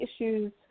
issues